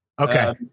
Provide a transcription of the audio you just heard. Okay